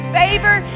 favor